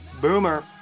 Boomer